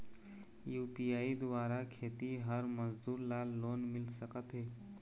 UPI द्वारा खेतीहर मजदूर ला लोन मिल सकथे?